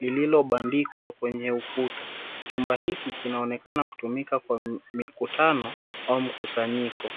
lililobandikwa kwenye ukuta. Chumba hiki kinaonekana kutumika kwa mikutano au mkusanyiko.